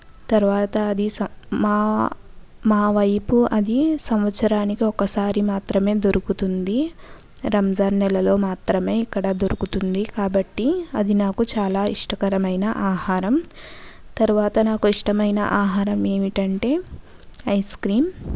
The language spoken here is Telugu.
తర్వాత అది సా మా మా వైపు అది సంవత్సరానికి ఒకసారి మాత్రమే దొరుకుతుంది రంజాన్ నెలలో మాత్రమే ఇక్కడ దొరుకుతుంది కాబట్టి అది నాకు చాలా ఇష్టకరమైన ఆహారం తర్వాత నాకు ఇష్టమైన ఆహారం ఏమిటంటే ఐస్క్రీమ్